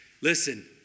Listen